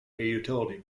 utility